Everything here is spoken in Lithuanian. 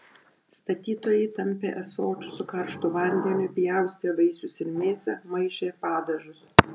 statytojai tampė ąsočius su karštu vandeniu pjaustė vaisius ir mėsą maišė padažus